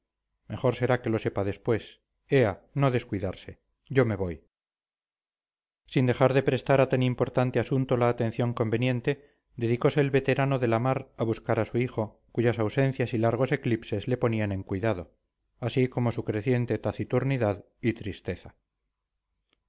mejor será que lo sepa después ea no descuidarse yo me voy sin dejar de prestar a tan importante asunto la atención conveniente dedicose el veterano de la mar a buscar a su hijo cuyas ausencias y largos eclipses le ponían en cuidado así como su creciente taciturnidad y tristeza